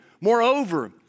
Moreover